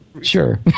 Sure